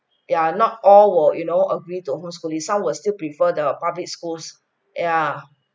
ya not all will you know agree to home schooling some will still prefer the public schools ya